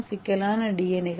மிகவும் சிக்கலான டி